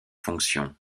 fonctions